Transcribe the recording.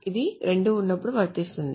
ఇది రెండూ ఉన్నప్పుడు వర్తిస్తుంది